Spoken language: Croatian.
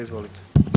Izvolite.